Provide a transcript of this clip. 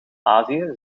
azië